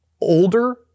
older